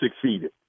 succeeded